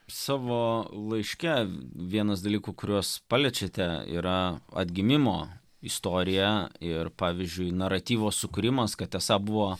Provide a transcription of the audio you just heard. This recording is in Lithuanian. savo laiške vienas dalykų kuriuos paliečiate yra atgimimo istorija ir pavyzdžiui naratyvo sukūrimas kad esą buvo